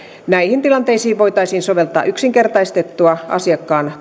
näihin tilanteisiin voitaisiin soveltaa yksinkertaistettua asiakkaan